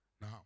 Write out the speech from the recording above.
Now